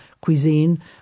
cuisine